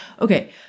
Okay